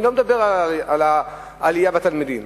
אני לא מדבר על העלייה במספר התלמידים,